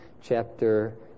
chapter